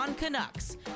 Canucks